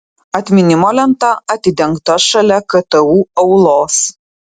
atminimo lenta atidengta šalia ktu aulos